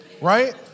Right